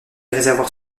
réservoirs